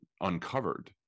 uncovered